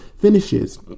finishes